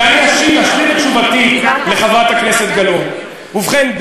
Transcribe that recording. ואשלים את תשובתי לחברת הכנסת גלאון: ובכן,